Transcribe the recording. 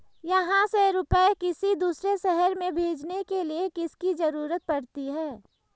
यहाँ से रुपये किसी दूसरे शहर में भेजने के लिए किसकी जरूरत पड़ती है?